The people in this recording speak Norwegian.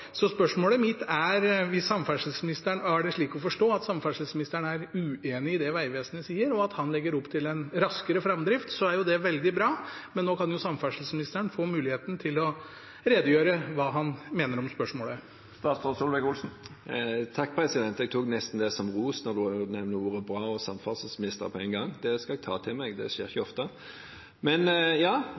Så la meg understreke det, det er ingen her som har laget noe baluba ut av det – det er det Vegvesenet jobber ut fra. Spørsmålet mitt er: Er det slik å forstå at samferdselsministeren er uenig i det Vegvesenet sier, og at han legger opp til en raskere framdrift? Da er det veldig bra, men nå kan jo samferdselsministeren få muligheten til å redegjøre for hva han mener om spørsmålet. Jeg tok det nesten som ros at representanten nevner ordene «bra» og «samferdselsministeren» på en gang – det skal jeg